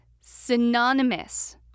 synonymous